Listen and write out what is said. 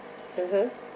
mmhmm